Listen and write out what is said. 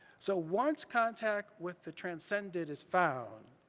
so once contact with the transcendent is found,